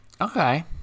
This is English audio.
Okay